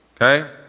Okay